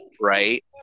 right